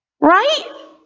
Right